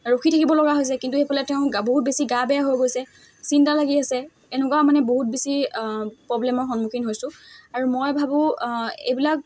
ৰখি থাকিব লগা হৈছে কিন্তু সেইফালে তেওঁ বহুত বেছি গা বেয়া হৈ গৈছে চিন্তা লাগি আছে এনেকুৱা মানে বহুত বেছি প্ৰব্লেমৰ সন্মুখীন হৈছোঁ আৰু মই ভাবোঁ এইবিলাক